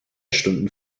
stunden